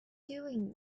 doing